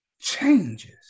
changes